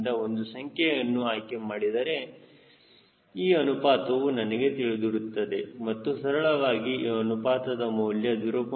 ಇಲ್ಲಿಂದ ಒಂದು ಸಂಖ್ಯೆಯನ್ನು ಆಯ್ಕೆ ಮಾಡಿದರೆ ಈ ಅನುಪಾತವು ನನಗೆ ತಿಳಿದಿರುತ್ತದೆ ಮತ್ತು ಸರಳವಾಗಿ ಈ ಅನುಪಾತದ ಮೌಲ್ಯ 0